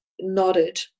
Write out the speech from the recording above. nodded